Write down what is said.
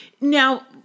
Now